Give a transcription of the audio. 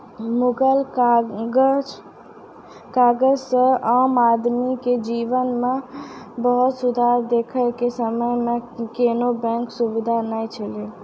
मुगल काजह से आम आदमी के जिवन मे बहुत सुधार देखे के समय मे कोनो बेंक सुबिधा नै छैले